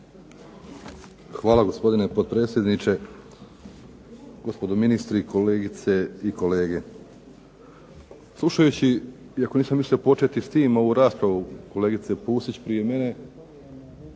Hvala, gospodine potpredsjedniče. Gospodo ministri, kolegice i kolege. Slušajući, iako nisam mislio početi s tim ovu raspravu, kolegicu Pusić prije mene